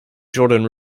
jordan